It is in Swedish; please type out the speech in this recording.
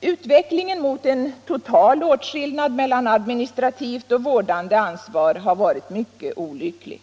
Utvecklingen mot en total åtskillnad mellan administrativt och vårdande ansvar har varit mycket olycklig.